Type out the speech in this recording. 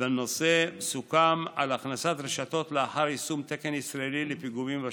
בנושא סוכם על הכנסת רשתות לאחר יישום תקן ישראלי לפיגומים בשטח.